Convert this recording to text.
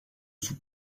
sous